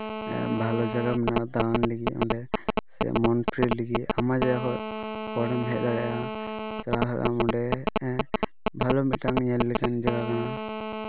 ᱵᱷᱟᱞᱚ ᱡᱟᱭᱜᱟ ᱢᱮᱱᱟᱜᱼᱟ ᱫᱟᱬᱟᱱ ᱞᱟᱹᱜᱤᱫ ᱚᱸᱰᱮ ᱥᱮ ᱢᱚᱱ ᱯᱷᱨᱤ ᱞᱟᱹᱜᱤᱫ ᱟᱭᱢᱟ ᱡᱟᱭᱜᱟ ᱠᱷᱚᱡ ᱦᱚᱲᱮᱢ ᱦᱮᱡᱽ ᱫᱟᱲᱭᱟᱜᱼᱟ ᱪᱟᱞᱟᱣ ᱫᱟᱲᱮᱭᱟᱜᱼᱟ ᱚᱸᱰᱮ ᱵᱷᱟᱞᱚ ᱢᱤᱫᱴᱟᱝ ᱧᱮᱞ ᱞᱮᱠᱟᱱ ᱡᱟᱭᱜᱟ ᱠᱟᱱᱟ